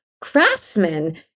craftsman